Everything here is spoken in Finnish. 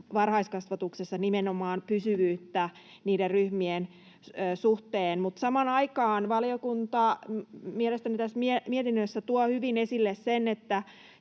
varhaiskasvatuksessa nimenomaan pysyvyyttä niiden ryhmien suhteen. Samaan aikaan valiokunta mielestäni tässä mietinnössä tuo hyvin esille sen, että